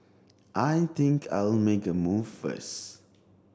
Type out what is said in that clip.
I think I'll make a move first